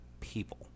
people